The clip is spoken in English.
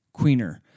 Queener